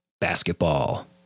Basketball